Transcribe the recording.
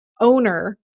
owner